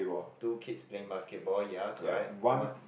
two kids playing basketball ya correct one